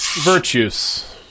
Virtues